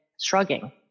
shrugging